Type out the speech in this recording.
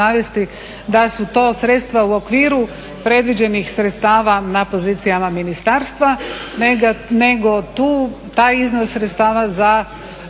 da su to sredstva u okviru predviđenih sredstava na pozicijama ministarstva nego taj iznos sredstava za